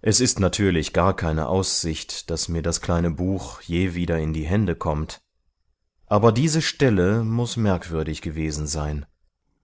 es ist natürlich gar keine aussicht daß mir das kleine buch je wieder in die hände kommt aber diese stelle muß merkwürdig gewesen sein